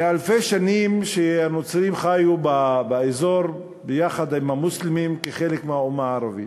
מאלפי השנים שהנוצרים חיו באזור יחד עם המוסלמים כחלק מהאומה הערבית,